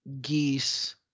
Geese